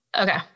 okay